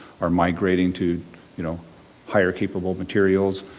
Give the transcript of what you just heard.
are migrating to you know higher capable materials,